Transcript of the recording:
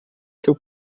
seu